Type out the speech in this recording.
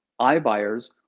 iBuyers